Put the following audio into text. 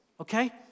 okay